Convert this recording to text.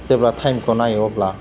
जेब्ला टाइमखौ नायो अब्ला